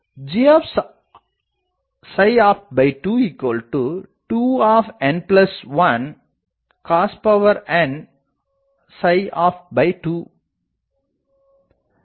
g2n1 cosnopt2